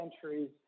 centuries